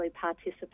participate